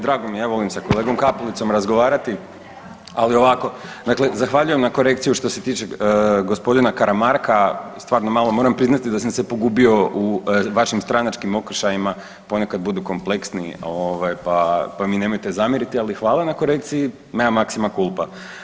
Drago mi je, evo ovdje sa kolegom Kapulicom razgovarati, ali ovako, dakle zahvaljujem na korekciji što se tiče gospodina Karamarka, stvarno malo moram priznati da sam se pogubio u vašim stranačkim okršajima, ponekad budu kompleksniji pa mi nemojte zamjeriti ali hvala na korekcija, mea maxima culpa.